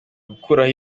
gukuraho